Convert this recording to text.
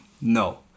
No